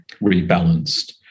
rebalanced